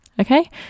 okay